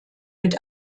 mit